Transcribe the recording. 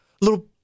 little